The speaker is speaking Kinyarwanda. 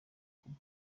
cuba